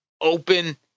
open